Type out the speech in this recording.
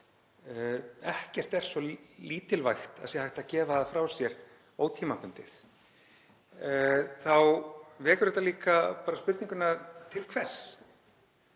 Ekkert er svo lítilvægt að hægt sé að gefa það frá sér ótímabundið. Þá vekur þetta líka upp spurninguna: Til hvers?